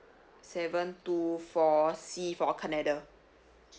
seven two four C for canada